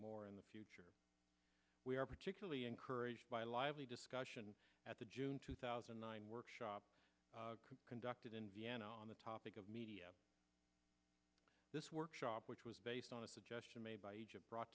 more in the future we are particularly encouraged by a lively discussion at the june two thousand and nine workshop conducted in on the topic of media this workshop which was based on a suggestion made by egypt brought